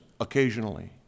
occasionally